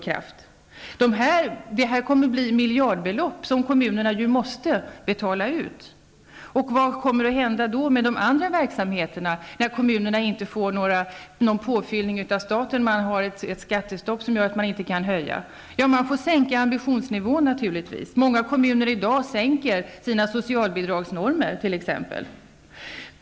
Kommmunerna kommer att vara tvungna att betala ut miljardbelopp. Vad händer då med övriga verksamheter, när kommunerna inte får någon påfyllning av staten, och skattestoppet gör att man inte kan höja kommunalskatten. Ja, man får naturligtvis sänka ambitionsnivån. Många kommuner sänker nu sina socialbidragsnormer.